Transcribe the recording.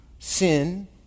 Sin